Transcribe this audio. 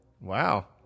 wow